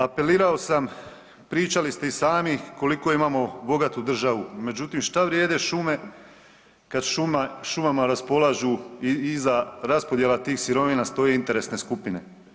Apelirao sam, pričali ste i sami koliko imamo bogatu državu, međutim šta vrijede šume kada šumama raspolažu i iza raspodjela tih sirovina stoje interesne skupine.